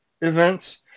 events